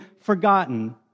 forgotten